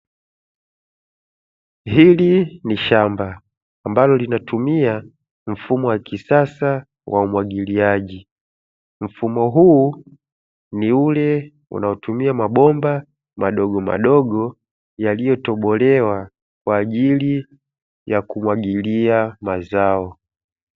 Hili ni shamba ambalo linatumia mfumo wa kisasa wa umwagiliaji. Mfumo huu ni ule unaotumia mabomba madogomadogo yaliyotobolewa, kwa ajili ya kumwagilia mazao.